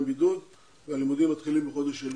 בידוד והלימודים מתחילים בחודש אלול.